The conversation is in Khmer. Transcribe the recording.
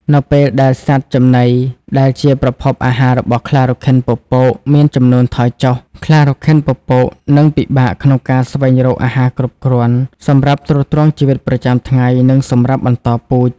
នៅពេលដែលសត្វចំណីដែលជាប្រភពអាហាររបស់ខ្លារខិនពពកមាន ចំនួនថយចុះ ខ្លារខិនពពកនឹង ពិបាកក្នុងការស្វែងរកអាហារគ្រប់គ្រាន់ សម្រាប់ទ្រទ្រង់ជីវិតប្រចាំថ្ងៃ និងសម្រាប់បន្តពូជ។